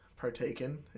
partaken